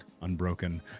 Unbroken